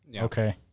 Okay